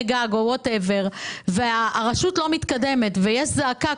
גג או whatever והרשות לא מתקדמת ויש זעקה,